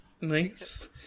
Nice